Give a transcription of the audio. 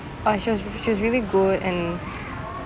uh she was she was really good and